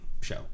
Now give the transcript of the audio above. show